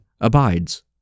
abides